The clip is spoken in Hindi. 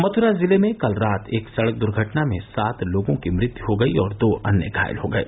मथुरा जिले में कल रात एक सड़क द्र्घटना में सात लोगों की मृत्य हो गयी और दो अन्य घायल हो गये